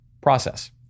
process